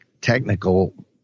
technical